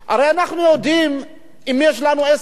הרי אנחנו יודעים עם מי יש לנו עסק,